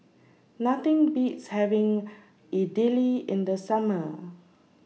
Nothing Beats having Idili in The Summer